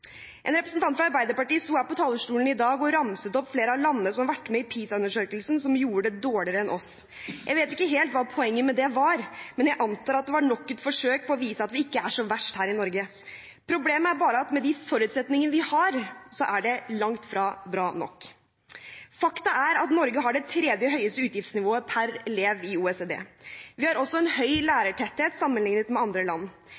En representant fra Arbeiderpartiet sto her på talerstolen i dag og ramset opp flere av landene som har vært med i PlSA-undersøkelsen, som gjorde det dårligere enn oss. Jeg vet ikke helt hva poenget med det var, men jeg antar at det var nok et forsøk på å vise at vi ikke er så verst her i Norge. Problemet er bare at med de forutsetningene vi har, er det langt fra bra nok. Fakta er at Norge har det tredje høyeste utgiftsnivået per elev i OECD. Vi har også en høy lærertetthet sammenlignet med andre land.